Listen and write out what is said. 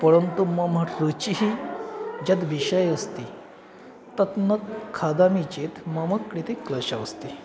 परन्तु मम रुचिः यत् विषये अस्ति तत् न खादामि चेत् मम कृते क्लेशः अस्ति